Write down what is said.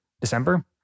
December